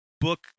book